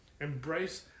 embrace